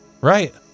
Right